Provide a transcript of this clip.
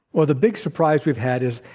well, the big surprise we've had is,